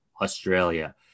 Australia